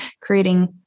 creating